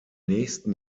nächsten